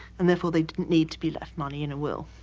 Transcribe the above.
and therefore they didn't need to be left money in a will.